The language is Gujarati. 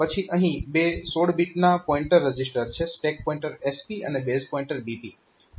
પછી અહીં બે 16 બીટના પોઇન્ટર રજીસ્ટર છે સ્ટેક પોઈન્ટર SP અને બેઝ પોઈન્ટર BP